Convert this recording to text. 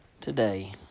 today